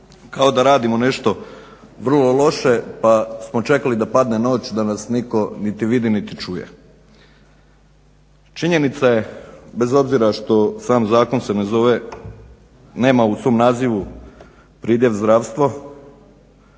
kao da radimo nešto vrlo loše pa smo čekali da padne noć da nas niko niti vidi niti čuje. Činjenica je bez obzira što se sam zakon ne zove nema u svom nazivu pridjev zdravstvo,